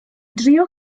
drio